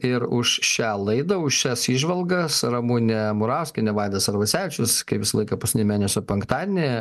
ir už šią laidą už šias įžvalgas ramunė murauskienė vaidas arvasevičius kaip visą laiką paskutinį mėnesio penktadienį